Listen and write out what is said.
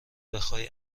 بخای